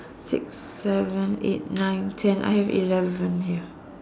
six seven eight nine ten I have eleven here